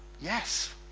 yes